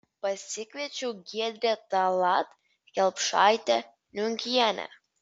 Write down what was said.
pasikviečiau giedrę tallat kelpšaitę niunkienę